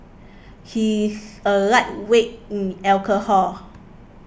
he's a lightweight in alcohol